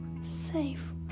safe